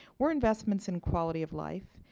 were investments in quality of life,